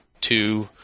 two